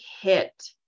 hit